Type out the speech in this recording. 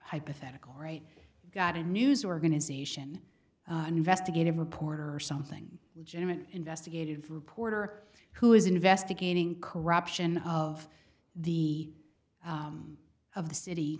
hypothetical right got a news organization an investigative reporter or something legitimate investigative reporter who is investigating corruption of the of the city